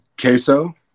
queso